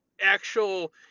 actual